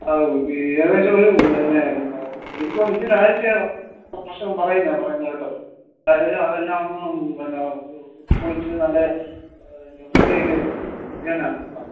അത് ഏകദേശമൊരു പിന്നെ എനിക്ക് തോന്നുന്നു ഈ ഈയൊരാഴ്ച്ച മോശം പറയുന്നത് പറയുന്നത് കേട്ടത് അതായത് അതെല്ലാമൊന്ന് പിന്നെ കുത്തിപ്പൊളിച്ച് നല്ല നെ വൃത്തിയാക്കി വെച്ച് ചെയ്യാനാണ് പ്ലാൻ